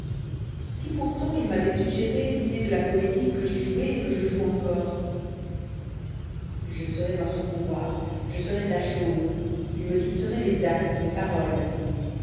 si pourtant il m'avait suggéré l'idée de la comédie que j'ai jouée et que je joue encore je serais en son pouvoir je serais sa chose il me dicterait mes actes mes paroles